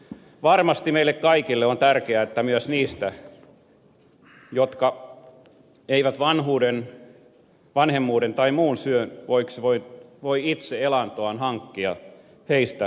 varmasti meille kaikille on tärkeää että myös niistä jotka eivät vanhuuden vanhemmuuden tai muun syyn vuoksi voi itse elantoaan hankkia huolehditaan